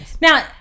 Now